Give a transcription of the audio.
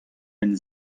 benn